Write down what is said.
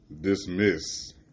dismiss